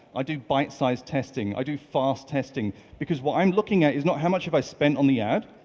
i do bite-size testing. i do fast testing because what i'm looking at is not how much have i spent on the ad,